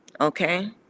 Okay